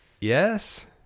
Yes